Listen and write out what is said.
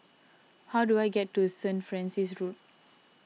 how do I get to Saint Francis Road